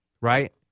right